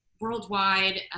worldwide